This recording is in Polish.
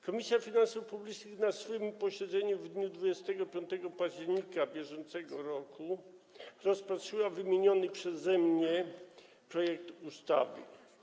Komisja Finansów Publicznych na swoim posiedzeniu w dniu 25 października br. rozpatrzyła wymieniony przeze mnie projekt ustawy.